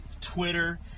Twitter